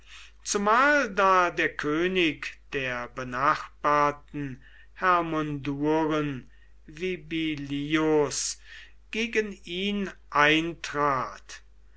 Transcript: zumal da der könig der benachbarten hermunduren vibilius gegen ihn eintrat